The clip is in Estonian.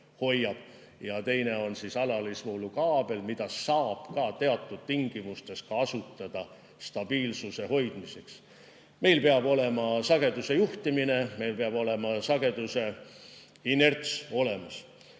ja teine on alalisvoolukaabel, mida saab ka teatud tingimustes kasutada stabiilsuse hoidmiseks. Meil peab [võimalik] olema sageduse juhtimine, meil peab olema sageduse inerts olemas.